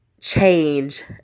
change